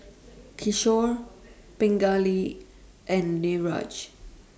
Kishore Pingali and Niraj